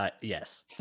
Yes